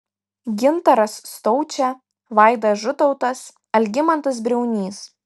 gintaras staučė vaidas žutautas algimantas briaunys